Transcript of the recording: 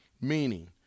Meaning